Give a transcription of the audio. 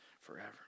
forever